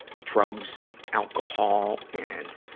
drugs and alcohol and,